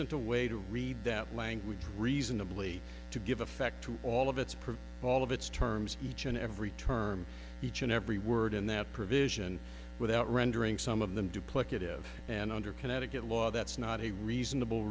a way to read that language reasonably to give effect to all of its power all of its terms each and every term each and every word in that provision without rendering some of them duplicative and under connecticut law that's not a reasonable